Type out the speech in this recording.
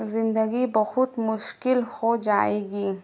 زندگی بہت مشکل ہو جائے گی